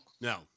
No